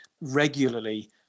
regularly